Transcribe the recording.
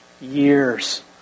years